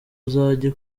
uzajye